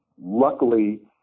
Luckily